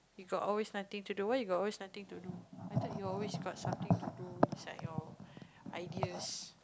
you got always nothing to do why you got always nothing to do I thought you always got something to do beside your ideas